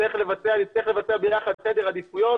נצטרך לבצע ביחד סדר עדיפויות